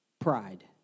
pride